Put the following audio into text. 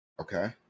Okay